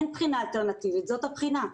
אין בחינה אלטרנטיבית, זאת הבחינה.